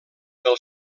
del